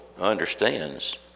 understands